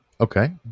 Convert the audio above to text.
okay